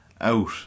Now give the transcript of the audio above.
out